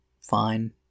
fine